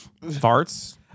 Farts